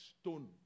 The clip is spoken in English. stone